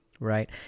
Right